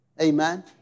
Amen